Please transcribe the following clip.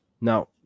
Now